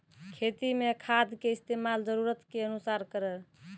खेती मे खाद के इस्तेमाल जरूरत के अनुसार करऽ